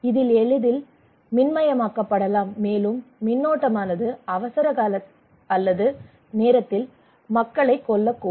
இது எளிதில் மின்மயமாக்கப்படலாம் மேலும் மின்னோட்டமானது அவசரகால அல்லது நேரத்தில் மக்களைக் கொல்லக்கூடும்